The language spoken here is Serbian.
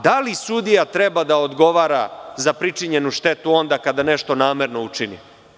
Da li sudija treba da odgovara za pričinjenu štetu onda kada nešto namerno učini?